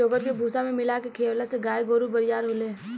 चोकर के भूसा में मिला के खिआवला से गाय गोरु बरियार होले